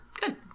Good